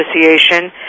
Association